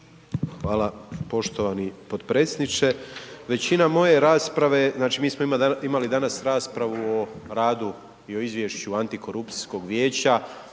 Hvala poštovani podpredsjedniče, većina moje rasprave, znači mi smo imali danas raspravu o radu i o izvješću antikorupcijskog vijeća,